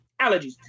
Allergies